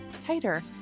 Tighter